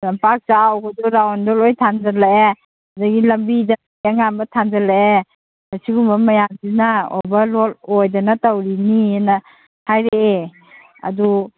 ꯂꯝꯄꯥꯛ ꯆꯥꯎꯕꯗꯣ ꯔꯥꯎꯟꯗꯨ ꯂꯣꯏ ꯊꯥꯟꯖꯤꯜꯂꯛꯑꯦ ꯑꯗꯒꯤ ꯂꯝꯕꯤꯗ ꯃꯩ ꯑꯉꯥꯟꯕ ꯊꯥꯟꯖꯤꯜꯂꯛꯑꯦ ꯑꯁꯤꯒꯨꯝꯕ ꯃꯌꯥꯝꯁꯤꯅ ꯑꯣꯚꯔ ꯂꯣꯠ ꯑꯣꯏꯗꯅ ꯇꯧꯔꯤꯅꯤꯑꯅ ꯍꯥꯏꯔꯛꯑꯦ ꯑꯗꯨ